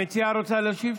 המציעה רוצה להשיב?